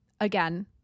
Again